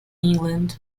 england